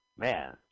Man